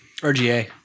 RGA